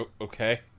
Okay